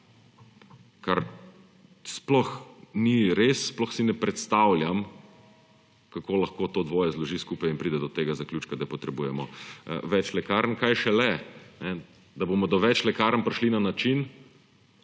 Kar sploh ni res. Sploh si ne predstavljam, kako lahko to dvoje zloži skupaj in pride do tega zaključka, da potrebujemo več lekarn, kaj šele da bomo do več lekarn prišli na način,